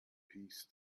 peace